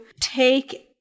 take